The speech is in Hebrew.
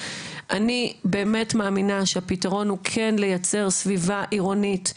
אני באמת מאמינה שהפתרון הוא כן לייצר סביבה עירונית.